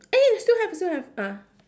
eh still have still have ah